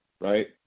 right